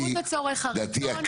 הכלי --- חשיבות הצורך הראשון,